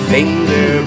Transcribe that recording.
Finger